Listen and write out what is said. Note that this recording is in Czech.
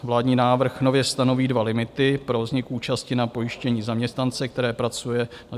Vládní návrh nově stanoví dva limity pro vznik účasti na pojištění zaměstnance, který pracuje tzv. na DPP.